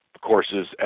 courses